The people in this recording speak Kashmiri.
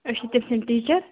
أس چھِ تٔمۍ سٕنٛدۍ ٹیٖچَر